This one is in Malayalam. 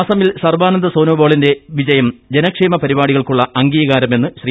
അസ്സമിൽ സർബാനന്ദ സോനോവോളിന്റെ വിജയം ജനക്ഷേമ പരിപാടികൾക്കുള്ള അംഗീകാരമെന്ന് ശ്രീ